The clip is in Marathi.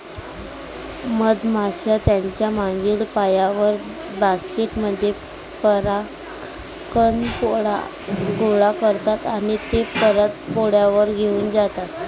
मधमाश्या त्यांच्या मागील पायांवर, बास्केट मध्ये परागकण गोळा करतात आणि ते परत पोळ्यावर घेऊन जातात